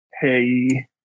Hey